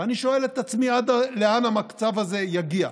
ואני שואל את עצמי עד לאן המצב הזה יגיע.